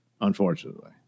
unfortunately